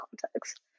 context